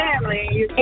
family